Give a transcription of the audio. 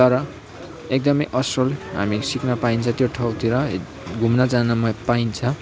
तर एकदमै असल हामी सिक्न पाइन्छ त्यो ठाउँतिर घुम्न जान पाइन्छ